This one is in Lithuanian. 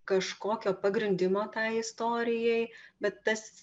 kažkokio pagrindimo tai istorijai bet tas